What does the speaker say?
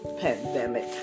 pandemic